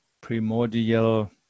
primordial